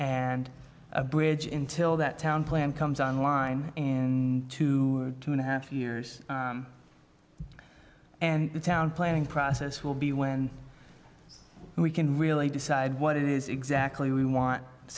and a bridge in till that town plan comes on line in two and a half years and the town planning process will be when we can really decide what it is exactly we want to